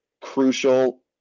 crucial